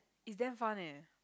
it's damn fun eh